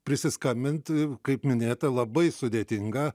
prisiskambint kaip minėta labai sudėtinga